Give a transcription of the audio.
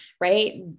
right